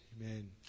Amen